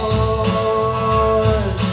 Lord